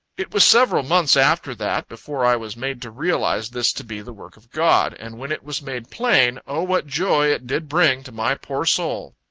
it was several months after that, before i was made to realize this to be the work of god and when it was made plain, o what joy it did bring to my poor soul!